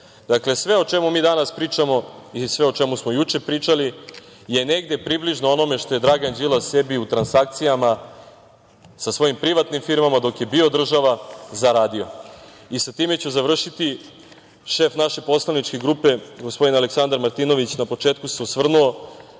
evra. Dakle, sve o čemu mi danas pričamo i sve o čemu smo juče pričali je negde približno onome što je Dragan Đilas sebi u transakcijama sa svojim privatnim firmama dok je bio država zaradio. Sa time ću završiti, šef naše poslaničke grupe, gospodin Aleksandar Martinović, na početku se osvrnuo